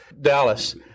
Dallas